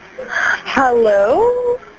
Hello